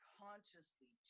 consciously